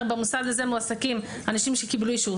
במוסד הזה מועסקים אנשים שקיבלו אישור,